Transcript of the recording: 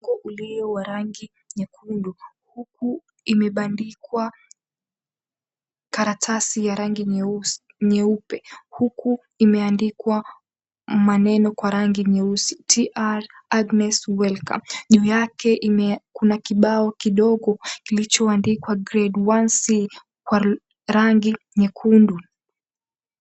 Ukuta ulio wa rangi nyekundu huku imebandikwa karatasi ya rangi nyeupe, huku imeandikwa maneno kwa rangi nyeusi, "Tr. Agnes, Welcome". Juu yake kuna kibao kidogo kilichoandikwa, "Grade 1C" kwa rangi nyekundu.